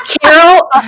Carol